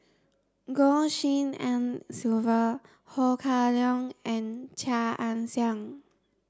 Goh Tshin En Sylvia Ho Kah Leong and Chia Ann Siang